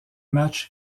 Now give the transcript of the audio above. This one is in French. match